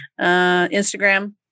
Instagram